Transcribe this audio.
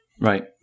right